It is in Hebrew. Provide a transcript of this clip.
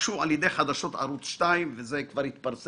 נתבקשו על ידי חדשות ערוץ 2 זה כבר התפרסם,